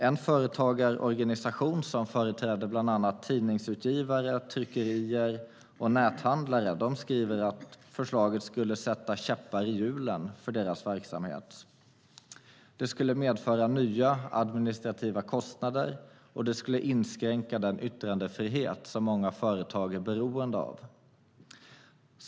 En företagarorganisation som bland annat företräder tidningsutgivare, tryckerier och näthandlare skriver att förslaget skulle sätta käppar i hjulet för deras verksamhet. Det skulle medföra nya administrativa kostnader och inskränka den yttrandefrihet som många företag är beroende av.